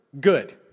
Good